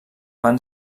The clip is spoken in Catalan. van